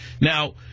Now